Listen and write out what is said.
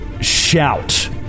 Shout